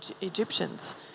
Egyptians